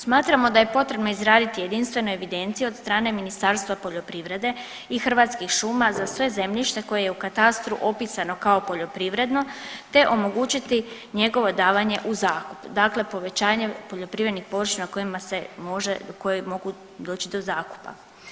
Smatramo da je potrebno izraditi jedinstvenu evidenciju od strane Ministarstva poljoprivrede i Hrvatskih šuma za sve zemljište koje je u katastru opisano kao poljoprivredno te omogućiti njegovo davanje u zakup, dakle povećanje poljoprivrednih površina kojima se može, koji mogu doći do zakupa.